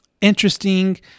interesting